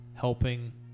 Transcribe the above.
helping